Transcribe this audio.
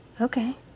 Okay